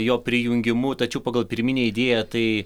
jo prijungimu tačiau pagal pirminę idėją tai